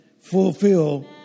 fulfill